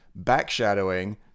backshadowing